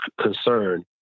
concern